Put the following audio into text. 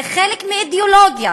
זה חלק מאידיאולוגיה,